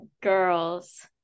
girls